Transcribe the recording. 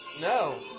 No